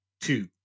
Two